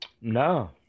No